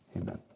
Amen